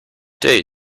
day